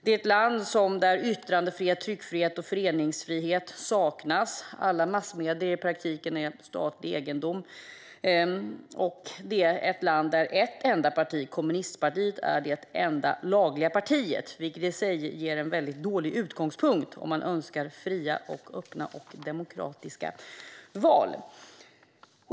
Det är ett land där yttrandefrihet, tryckfrihet och föreningsfrihet saknas. Alla massmedier är i praktiken statlig egendom. Det är ett land där ett parti, kommunistpartiet, är det enda lagliga partiet, vilket i sig är en dålig utgångspunkt om man önskar fria, öppna och demokratiska val.